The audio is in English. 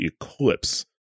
Eclipse